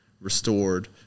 restored